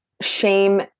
shame